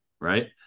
right